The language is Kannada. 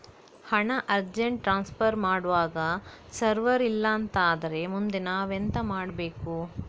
ಹಣ ಅರ್ಜೆಂಟ್ ಟ್ರಾನ್ಸ್ಫರ್ ಮಾಡ್ವಾಗ ಸರ್ವರ್ ಇಲ್ಲಾಂತ ಆದ್ರೆ ಮುಂದೆ ನಾವೆಂತ ಮಾಡ್ಬೇಕು?